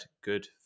good